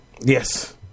Yes